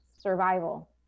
survival